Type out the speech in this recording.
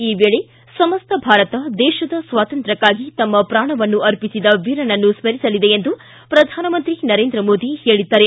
ಈ ವೇಳೆ ಸಮಸ್ತ ಭಾರತ ದೇಶದ ಸ್ವಾತಂತ್ರ್ಯಕ್ಕಾಗಿ ತಮ್ನ ಪೂಣವನ್ನು ಅರ್ಪಿಸಿದ ವೀರನನ್ನು ಸ್ಪರಿಸಲಿದೆ ಎಂದು ಪ್ರಧಾನಮಂತ್ರಿ ನರೇಂದ್ರ ಮೋದಿ ಹೇಳಿದ್ದಾರೆ